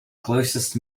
closest